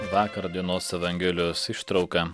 vakar dienos evangelijos ištrauka